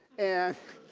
and